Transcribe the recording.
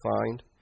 Find